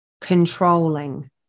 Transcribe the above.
controlling